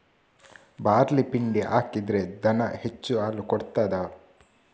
Barley ಪಿಂಡಿ ಹಾಕಿದ್ರೆ ದನ ಹೆಚ್ಚು ಹಾಲು ಕೊಡ್ತಾದ?